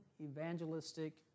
evangelistic